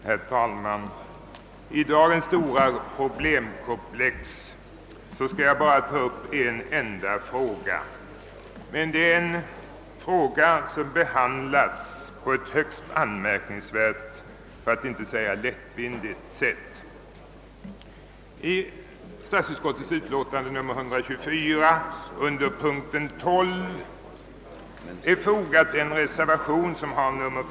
Herr talman! I dagens stora problemkomplex skall jag bara ta upp en enda fråga, men det är en fråga som behandlats på ett högst anmärkningsvärt för att inte säga lättvindigt sätt. törns flygflottilj i skall ske nu.